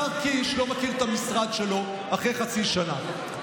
השר קיש לא מכיר את המשרד שלו אחרי חצי שנה,